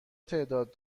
تعداد